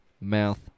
mouth